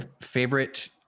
Favorite